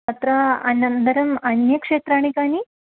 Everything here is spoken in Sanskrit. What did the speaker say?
अत्र अनन्तर्म अन्यक्षेत्राणि कानि